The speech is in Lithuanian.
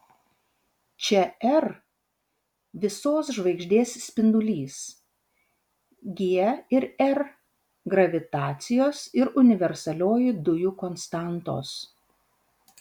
čia r visos žvaigždės spindulys g ir r gravitacijos ir universalioji dujų konstantos